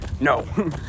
no